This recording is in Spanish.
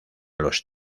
los